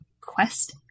quest